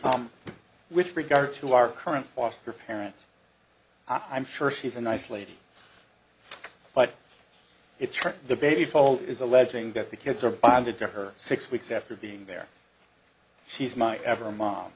come with regard to our current foster parents i'm sure she's a nice lady but it turns the baby fall is alleging that the kids are bonded to her six weeks after being there she's my ever mom